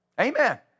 Amen